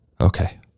Okay